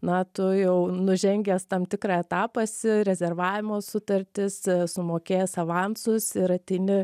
na tu jau nužengęs tam tikrą etapą esi rezervavimo sutartis sumokėjęs avansus ir ateini